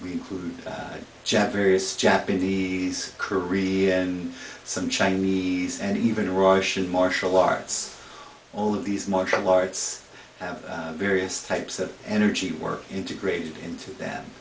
we include jet various japanese korean and some chinese and even russian martial arts all of these martial arts have various types of energy work integrated into them